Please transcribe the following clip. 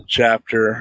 chapter